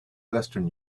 western